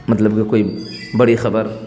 مطلب کہ کوئی بڑی خبر